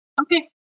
Okay